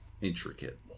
intricate